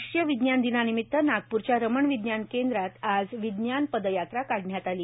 राष्ट्रीय विज्ञान दिनानिमित्त नागपूरच्या रमण विज्ञान केंद्रात आज सायव्स मार्च काढण्यात आली